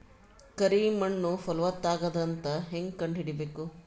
ಕರಿ ಮಣ್ಣು ಫಲವತ್ತಾಗದ ಅಂತ ಹೇಂಗ ಕಂಡುಹಿಡಿಬೇಕು?